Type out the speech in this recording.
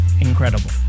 Incredible